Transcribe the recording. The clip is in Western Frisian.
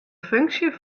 funksje